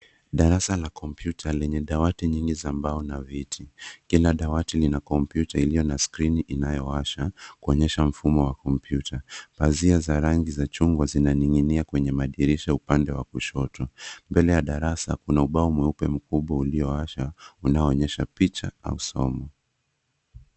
Darasa la kompyuta lenye dawati nyingi za mbao na viti. Kila dawati lina kompyuta, iliyo na skrini inayowasha kuonyesha mfumo wa kompyuta. Pazia ya rangi za chungwa zinaning'inia kwenye madirisha upande wa kushoto. Mbele ya darasa, kuna ubao mweupe mkubwa uliowasha, unaoonyesha picha au somo.